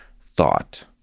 thought